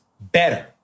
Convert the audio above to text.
better